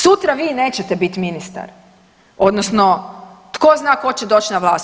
Sutra vi nećete biti ministar, odnosno tko zna tko će doći na vlast.